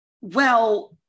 Well-